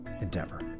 Endeavor